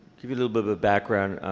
give you a little bit of a background,